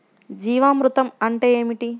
జీవామృతం అంటే ఏమిటి?